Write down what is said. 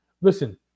listen